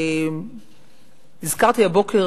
הזכרתי הבוקר,